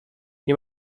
nie